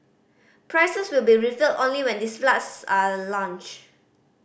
prices will be revealed only when these flats are launched